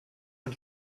ein